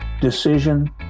decision